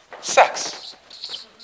sex